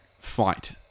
fight